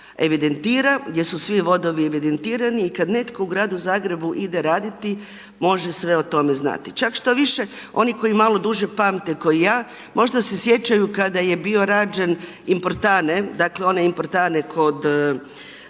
evidentira, gdje su svi vodovi evidentirani i kad netko u gradu Zagrebu ide raditi može sve o tome znati. Čak štoviše oni koji malo duže pamte kao ja, možda se sjećaju kada je bio rađen Inportanne, dakle onaj Inportanne kod